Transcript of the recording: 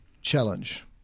challenge